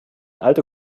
alte